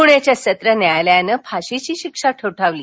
पुण्याच्या सत्र न्यायालयानं फाशीची शिक्षा ठोठावली